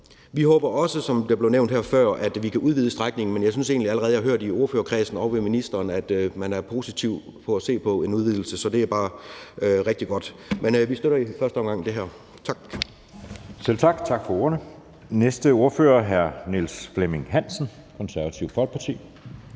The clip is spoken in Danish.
Vi håber også, som det blev nævnt her før, at vi kan udvide strækningen, men jeg synes egentlig også, at jeg allerede har hørt i ordførerkredsen ovre ved ministeren, at man er positiv over for at se på en udvidelse. Så det er bare rigtig godt. Men vi støtter i første omgang det her. Tak. Kl. 10:23 Anden næstformand (Jeppe Søe): Selv tak, tak for ordene. Den næste ordfører er hr. Niels Flemming Hansen, Det Konservative Folkeparti,